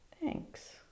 thanks